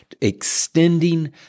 extending